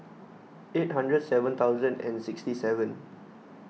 eight hundred seven thousand and sixty seven